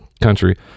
country